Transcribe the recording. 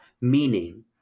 meaning